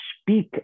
speak